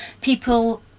people